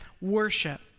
Worship